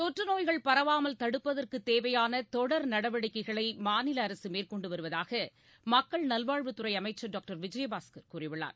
தொற்றுநோய்கள் பரவாமல் தடுப்பதற்கு தேவையான தொடர் நடவடிக்கைகளை மாநில அரசு மேற்கொண்டு வருவதாக மக்கள் நல்வாழ்வுத் துறை அமைச்சர் டாக்டர் விஜயபாஸ்கர் கூறியுள்ளார்